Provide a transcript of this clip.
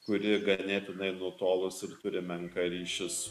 kuri ganėtinai nutolusi ir turi menką ryšį su